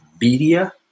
media